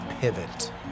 pivot